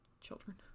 children